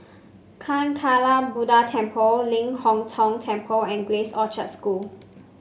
Kancanarama Buddha Temple Ling Hong Tong Temple and Grace Orchard School